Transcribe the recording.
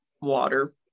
water